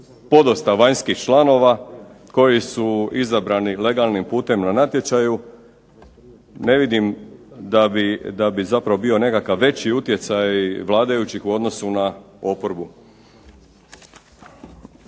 dosta vanjskih članova koji su izabrani legalnim putem na natječaju, ne vidim da bi zapravo bio veći utjecaj vladajućih u odnosu na oporbu.